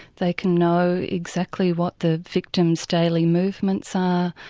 they can know exactly what the victim's daily movements are,